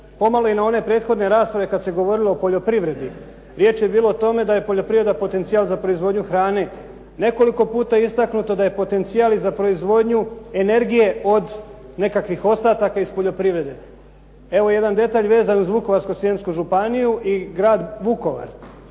pomalo i na one prethodne rasprave kad se govorilo o poljoprivredi. Riječ je bila o tome da je poljoprivreda potencijal za proizvodnju hrane. Nekoliko je puta istaknuto da je potencijal i za proizvodnju energije od nekakvih ostataka iz poljoprivrede. Evo jedan detalj vezan uz Vukovarsko-srijemsku županiju i grad Vukovar.